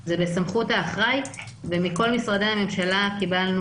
זה בסמכות האחראי ומכל משרדי הממשלה קיבלנו